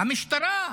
המשטרה.